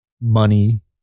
money